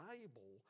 Bible